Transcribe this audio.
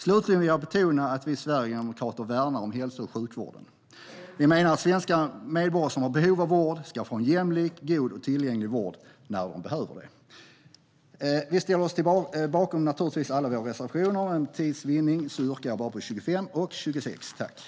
Slutligen vill jag betona att vi sverigedemokrater värnar om hälso och sjukvården. Svenska medborgare som har behov av vård ska få en god, jämlik och tillgänglig vård. Vi står naturligtvis bakom alla våra reservationer, men för tids vinnande yrkar jag bifall bara till reservationerna 25 och 26.